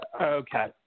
Okay